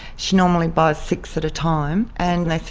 she normally buys six at a time. and they